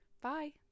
bye